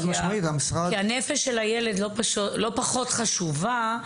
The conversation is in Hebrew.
כי הנפש של הילד לא פחות חשובה.